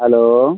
hello